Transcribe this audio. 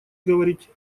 говорить